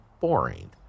boring